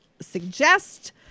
suggest